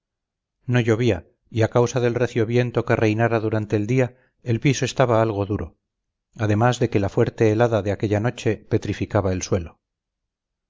no llovía y a causa del recio viento que reinara durante el día el piso estaba algo duro además de que la fuerte helada de aquella noche petrificaba el suelo